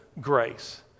grace